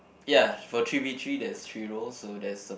ya for three V three there's three roles so there's a